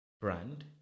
brand